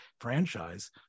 franchise